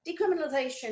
Decriminalization